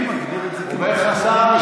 אני מגדיר את זה מכת מדינה.